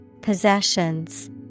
Possessions